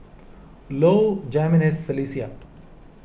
Low Jimenez Felicia